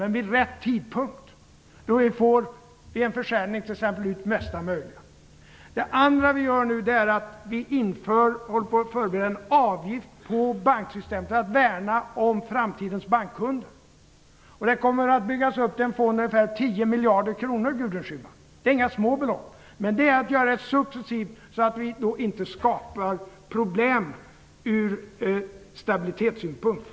Men det skall ske vid rätt tidpunkt, då vi vid en försäljning t.ex. får ut det mesta möjliga. Det andra som vi gör är att vi håller på att förbereda en avgift på banksystemet för att värna om framtidens bankkunder. Det kommer att byggas upp en fond på ungefär 10 miljarder kronor, Gudrun Schyman. Det är inga små belopp. Men det gäller att göra detta successivt, så att det inte skapas problem ur stabilitetssynpunkt.